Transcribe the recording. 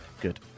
Good